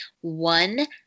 one